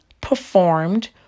performed